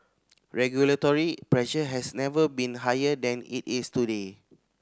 regulatory pressure has never been higher than it is today